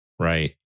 Right